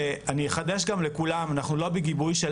אני אחדש גם לכולם: אנחנו לא בגיבוי של